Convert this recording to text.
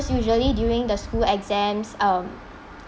usually during the school exams um